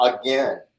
again